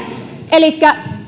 elikkä